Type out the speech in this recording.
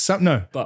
No